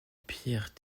pierre